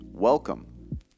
Welcome